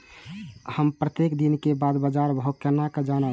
हम प्रत्येक दिन के बाद बाजार भाव केना जानब?